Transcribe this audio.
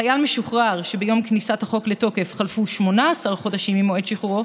חייל משוחרר שביום כניסת החוק לתוקף חלפו 18 חודשים ממועד שחרורו,